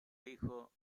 hijo